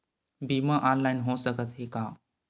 बीमा ऑनलाइन हो सकत हे का?